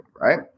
Right